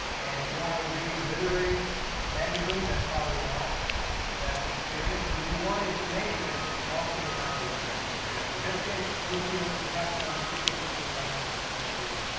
and if you want to read literary magazine that's probably not the best experience. but if you want information, most of the time the information is there. so in this case, you'll see a list of restaurant, you'll see pictures from the restaurant, you'll see menus,